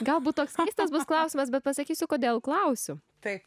galbūt toks tekstas bus klausimas bet pasakysiu kodėl klausiu tai